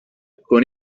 con